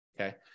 Okay